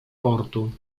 portu